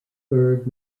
bird